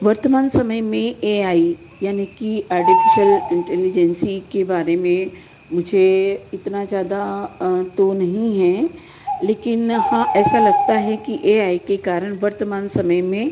वर्तमान समय में ए आई यानि कि आर्टिफ़िशल इंटेलिजेंसी के बारे में मुझे इतना ज़्यादा तो नहीं है लेकिन हाँ ऐसा लगता है कि ए आई के कारण वर्तमान समय में